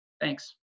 Thanks